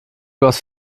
goss